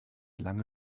lange